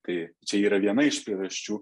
tai čia yra viena iš priežasčių